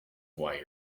hawaii